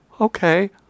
okay